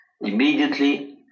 immediately